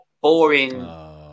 boring